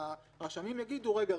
שהרשמים יגידו: רגע,